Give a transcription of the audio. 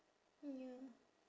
ya